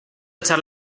echar